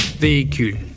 véhicule